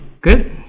Good